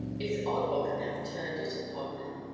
it's odd what can have turned it upon them.